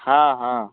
हँ हँ